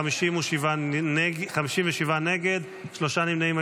בעד, 57 נגד, שלושה נמנעים.